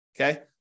Okay